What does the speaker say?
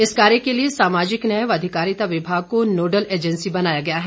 इस कार्य के लिए सामाजिक न्याय व अधिकारिता विभाग को नोडल एजेंसी बनाया गया है